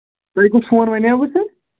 تۄہہِ کُس فون وَنیوٕ تُہۍ